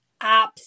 apps